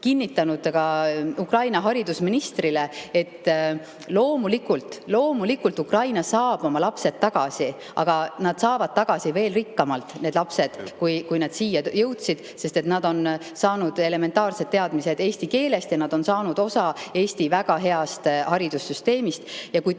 ka Ukraina haridusministrile kinnitanud, et loomulikult Ukraina saab oma lapsed tagasi. Aga nad saavad need lapsed tagasi veel rikkamana, kui nad siia jõudsid, sest need lapsed on saanud elementaarsed teadmised eesti keelest ja nad on saanud osa Eesti väga heast haridussüsteemist. Kui täna